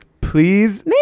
please